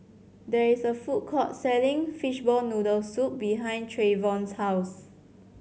there is a food court selling fishball noodle soup behind Treyvon's house